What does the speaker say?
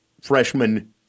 freshman